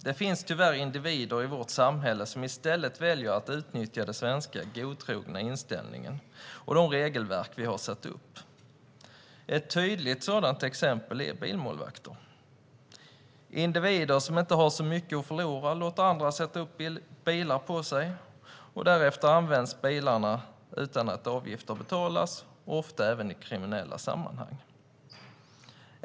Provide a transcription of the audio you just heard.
Det finns dessvärre individer i vårt samhälle som väljer att utnyttja den svenska godtrogna inställningen och de regelverk vi har satt upp. Individer som inte har så mycket att förlora låter andra sätta upp bilar på sig, och därefter används bilarna utan att avgifter betalas och ofta även i kriminella sammanhang.